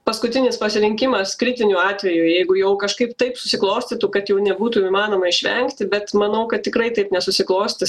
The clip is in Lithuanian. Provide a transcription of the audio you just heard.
paskutinis pasirinkimas kritiniu atveju jeigu jau kažkaip taip susiklostytų kad jau nebūtų įmanoma išvengti bet manau kad tikrai taip nesusiklostys